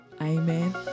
Amen